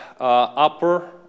upper